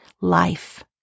life